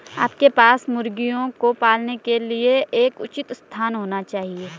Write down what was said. आपके पास मुर्गियों को पालने के लिए एक उचित स्थान होना चाहिए